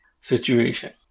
situation